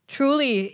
Truly